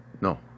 no